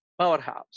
powerhouse